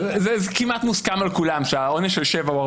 כמעט מוסכם על כולם שהעונש של שבעה חודשים